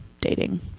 dating